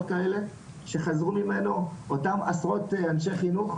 כאלה שחזרו ממנו אותם עשרות אנשי חינוך,